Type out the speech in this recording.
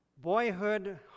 boyhood